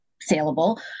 saleable